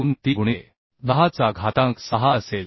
03 गुणिले 10 चा घातांक 6असेल